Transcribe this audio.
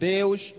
Deus